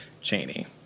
Cheney